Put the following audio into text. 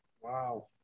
Wow